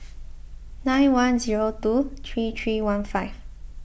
nine one zero two three three one five